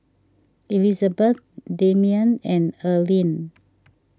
Elizbeth Demian and Earlean